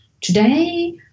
today